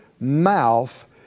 mouth